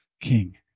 King